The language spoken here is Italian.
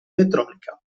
elettronica